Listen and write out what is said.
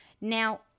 Now